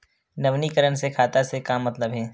नवीनीकरण से खाता से का मतलब हे?